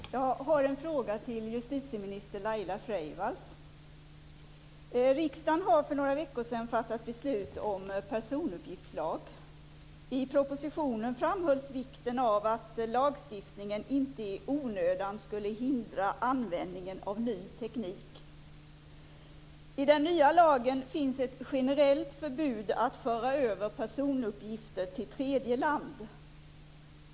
Fru talman! Jag har en fråga till justitieminister Riksdagen fattade för några veckor sedan beslut om personuppgiftslag. I propositionen framhölls vikten av att lagstiftningen inte i onödan skulle hindra användningen av ny teknik. I den nya lagen finns ett generellt förbud mot att föra över personuppgifter till tredje land.